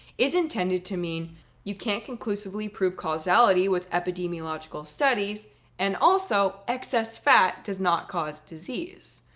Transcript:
is intended to mean you can't conclusively prove causality with epidemiological studies and also excess fat does not cause disease.